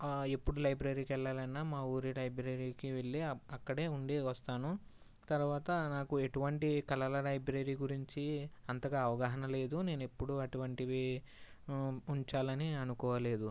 ఎప్పుడు లైబ్రరీకి వెళ్ళా లన్న మా ఊరి లైబ్రరీకి వెళ్ళి అక్కడ ఉండి వస్తాను తర్వాత నాకు ఎటువంటి కళల లైబ్రరీ గురించి అంతగా అవగాహన లేదు నేనెప్పుడు అటువంటివి ఉంచాలని అనుకోలేదు